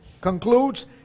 concludes